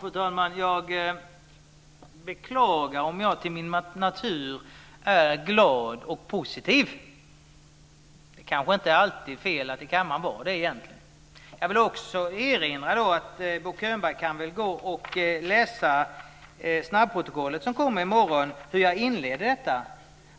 Fru talman! Jag beklagar om jag till min natur är glad och positiv. Det kanske egentligen inte alltid är fel att vara det i kammaren. Jag vill också erinra om något jag sade tidigare. I snabbprotokollet som kommer i morgon kan Bo Könberg läsa att jag inledde mitt